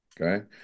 Okay